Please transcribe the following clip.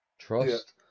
trust